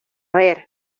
ver